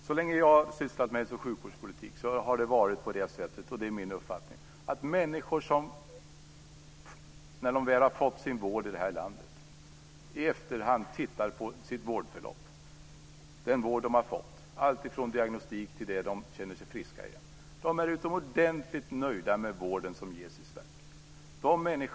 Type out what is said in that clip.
Så länge jag har sysslat med sjukvårdspolitik har det varit på det viset, och det är min uppfattning, att när människor som väl har fått sin vård i det här landet i efterhand tittar på sitt vårdförlopp, den vård de har fått alltifrån diagnostik till det att de känner sig friska igen, är utomordentligt nöjda med den vård som ges i Sverige.